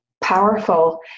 powerful